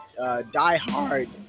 diehard